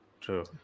True